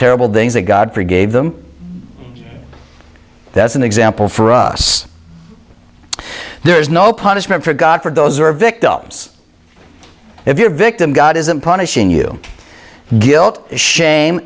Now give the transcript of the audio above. terrible things that god forgave them that's an example for us there is no punishment for god for those who are victims if your victim god isn't punishing you guilt shame